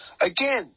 Again